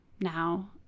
now